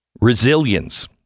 Resilience